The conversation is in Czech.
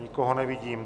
Nikoho nevidím.